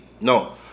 No